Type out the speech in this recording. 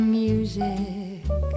music